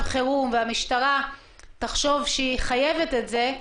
חירום והמשטרה תחשוב שהיא חייבת את זה,